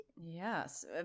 yes